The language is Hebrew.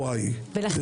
אביחי, תודה.